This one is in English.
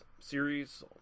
series